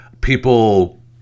people